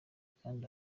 kandi